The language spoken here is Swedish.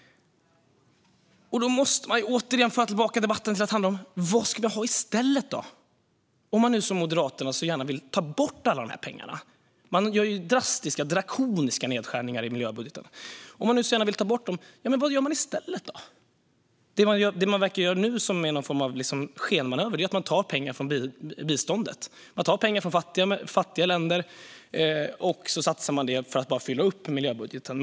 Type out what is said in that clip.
Då måste vi återigen föra tillbaka debatten till att handla om vad vi ska ha i stället. Om man nu, som Moderaterna, så gärna vill ta bort alla pengar och göra drastiska, drakoniska nedskärningar i miljöbudgeten, vad ska vi då göra i stället? Det som man verkar göra nu och som är någon form av skenmanöver är att ta pengar från biståndet, från fattiga länder, och satsa dem på att fylla upp miljöbudgeten.